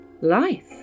life